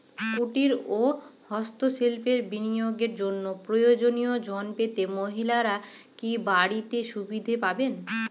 কুটীর ও হস্ত শিল্পে বিনিয়োগের জন্য প্রয়োজনীয় ঋণ পেতে মহিলারা কি বাড়তি সুবিধে পাবেন?